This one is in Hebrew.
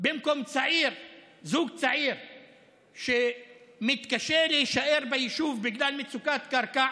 במקום זוג צעיר שמתקשה להישאר ביישוב בגלל מצוקת קרקע,